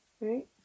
Right